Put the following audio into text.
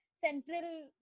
Central